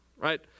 right